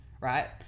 right